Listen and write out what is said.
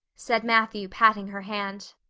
said matthew patting her hand.